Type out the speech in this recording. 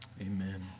Amen